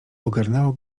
ogarnęło